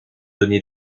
denis